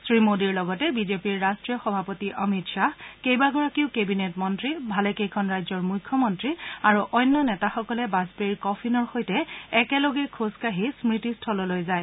শ্ৰীমোডীৰ লগতে বিজেপিৰ ৰাষ্ট্ৰীয় সভাপতি অমিত শ্বাহ কেইবাগৰাকীও কেবিনেট মন্ত্ৰী ভালেকেইখন ৰাজ্যৰ মুখ্যমন্ত্ৰী আৰু অন্য নেতাসকলে বাজপেয়ীৰ কফিনৰ সৈতে একেলগে খোজকাঢ়ি স্মৃতি স্থললৈ যায়